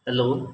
hello